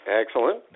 Excellent